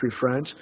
France